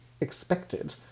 expected